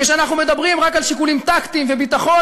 כשאנחנו מדברים רק על שיקולים טקטיים וביטחון